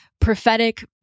prophetic